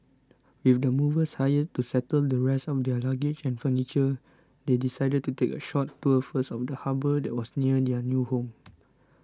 with the movers hired to settle the rest of their luggage and furniture they decided to take a short tour first of the harbour that was near their new home